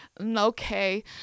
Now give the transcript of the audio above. okay